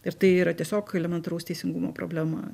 ir tai yra tiesiog elementaraus teisingumo problema